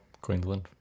Queensland